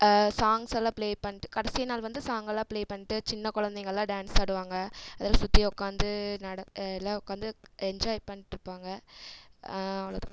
சாங்ஸ்யெல்லாம் play பண்ணிட்டு கடைசி நாள் வந்து சாங்கெல்லாம் ப்ளே பண்ணிட்டு சின்ன குழந்தைங்கள்லாம் டான்ஸ் ஆடுவாங்க அதில் சுற்றி உக்காந்து நட எல்லாம் உக்காந்து என்ஜாய் பண்ணிட்ருப்பாங்க அவ்வளோதான்